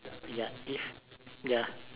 ya if ya